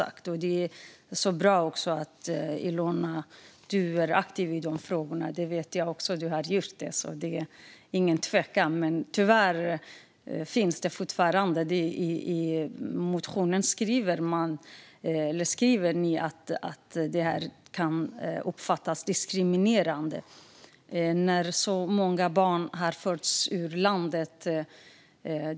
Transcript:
Det är bra, Ilona, att du är aktiv i dessa frågor. Det vet jag. Du har gjort detta, så det är ingen tvekan om det. Men tyvärr finns detta fortfarande. I motionen skriver ni att detta kan uppfattas som diskriminerande. Många barn har förts ut ur landet.